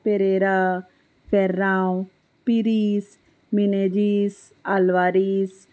Pereira Ferrao Pires Menezes Alvares